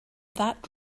that